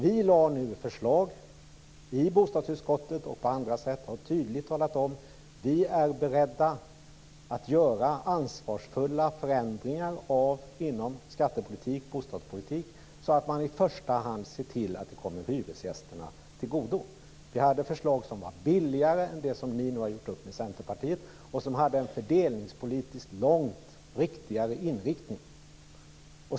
Vi lade fram nya förslag i bostadsutskottet och på andra sätt tydligt talade om att vi är beredda att göra ansvarsfulla förändringar inom skattepolitik och bostadspolitik, så att man i första hand ser till att det kommer hyresgästerna till godo. Vi hade förslag som var billigare än de som ni nu har gjort upp med Centerpartiet om och som hade en fördelningspolitiskt långt riktigare inriktning.